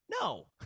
No